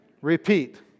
repeat